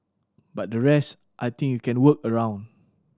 but the rest I think you can work around